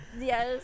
yes